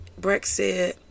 brexit